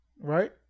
right